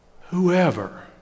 whoever